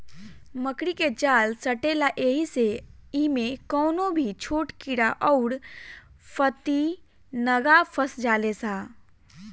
मकड़ी के जाल सटेला ऐही से इमे कवनो भी छोट कीड़ा अउर फतीनगा फस जाले सा